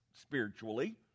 spiritually